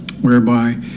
whereby